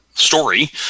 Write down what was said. story